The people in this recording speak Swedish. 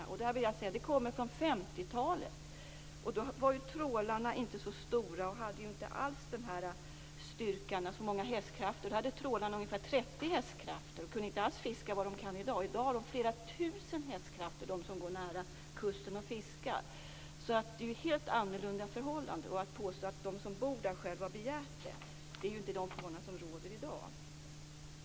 Men då vill jag säga att det är något som härrör från 50-talet. På den tiden var trålarna inte så stora. De hade heller inte alls samma styrka, så många hästkrafter, som dagens trålare. Trålarna hade nämligen ungefär 30 hästkrafter och kunde inte alls fiska vad de kan i dag. I dag har de trålare som fiskar nära kusten flera tusen hästkrafter. Det är alltså helt andra förhållanden nu. Att påstå att de som bor i de här områdena själva har begärt det stämmer således inte överens med de förhållande som i dag råder.